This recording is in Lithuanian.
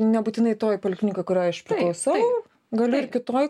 nebūtinai toj pulkininkoj kurioj aš priklausau galiu ir kitoj